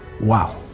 wow